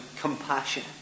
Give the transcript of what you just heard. compassion